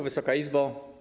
Wysoka Izbo!